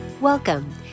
Welcome